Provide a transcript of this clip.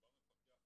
מדובר במפקח הממונה,